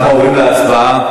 אנחנו עוברים להצבעה.